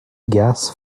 gas